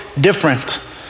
different